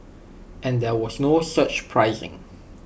and there was no surge pricing